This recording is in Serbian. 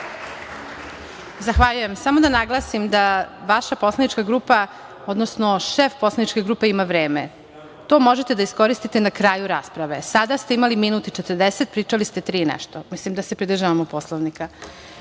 Zahvaljujem. Samo da naglasim, vaša poslanička grupa, odnosno šef poslaničke grupe ima vreme. To možete da iskoristite na kraju rasprave. Sada ste imali minut i 40, a pričali ste tri i nešto. Mislim da se pridržavamo Poslovnika.